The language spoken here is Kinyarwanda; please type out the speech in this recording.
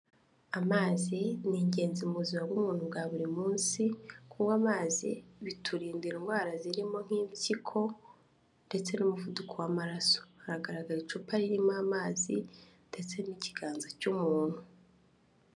Amazi ni ingenzi mu buzima bw'umuntu bwa buri munsi, kunywa amazi biturinda indwara zirimo nk'impyiko ndetse n'umuvuduko w'amaraso, hagaragara icupa ririmo amazi ndetse n'ikiganza cy'umuntu.